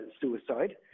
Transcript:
suicide